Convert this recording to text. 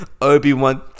Obi-Wan